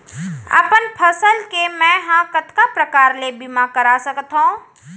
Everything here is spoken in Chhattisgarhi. अपन फसल के मै ह कतका प्रकार ले बीमा करा सकथो?